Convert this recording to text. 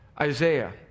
Isaiah